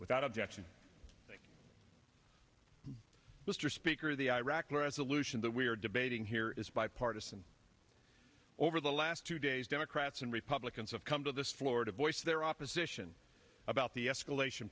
without objection mr speaker the iraqi resolution that we are debating here is bipartisan over the last two days democrats and republicans have come to this florida voice their opposition about the escalation